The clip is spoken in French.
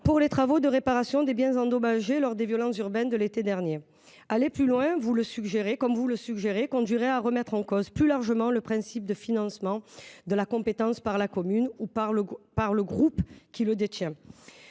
pour les travaux de réparation des biens endommagés lors des violences urbaines de l’été dernier. Aller plus loin, comme vous le suggérez, conduirait à remettre en cause plus largement le principe du financement de la compétence par la commune ou par le groupement qui la détient.